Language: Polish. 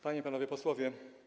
Panie i Panowie Posłowie!